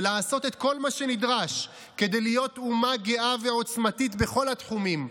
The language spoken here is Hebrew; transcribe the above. לעשות את כל מה שנדרש כדי להיות אומה גאה ועוצמתית בכל התחומים,